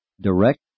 direct